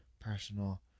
personal